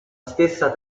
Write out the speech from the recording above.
stessa